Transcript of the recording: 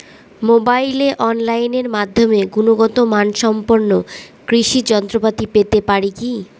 মোবাইলে অনলাইনের মাধ্যমে গুণগত মানসম্পন্ন কৃষি যন্ত্রপাতি পেতে পারি কি?